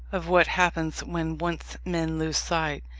of what happens when once men lose sight,